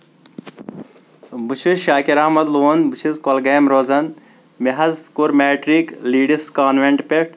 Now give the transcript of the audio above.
بہٕ چھُس شاکِر احمد لون بہٕ چھُس کۄلگامہ روزان مےٚ حظ کور میٚٹرِک لیٖڈس کانٛویٚنٹ پٮ۪ٹھ